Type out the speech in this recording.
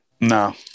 No